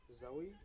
Zoe